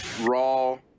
Raw